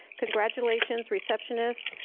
congratulations, receptionist,